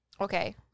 Okay